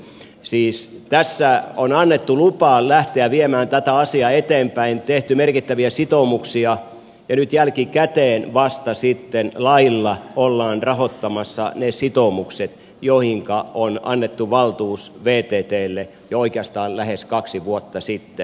siis tässä on annettu lupa lähteä viemään tätä asiaa eteenpäin tehty merkittäviä sitoumuksia ja nyt jälkikäteen vasta lailla ollaan rahoittamassa ne sitoumukset joihinka on annettu valtuus vttlle jo oikeastaan lähes kaksi vuotta sitten